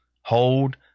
hold